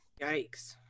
yikes